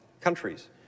countries